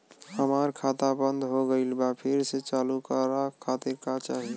हमार खाता बंद हो गइल बा फिर से चालू करा खातिर का चाही?